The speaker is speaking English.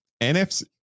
NFC